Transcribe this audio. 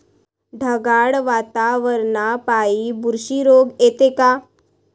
ढगाळ वातावरनापाई बुरशी रोग येते का?